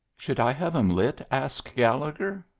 should i have em lit? asked gallegher,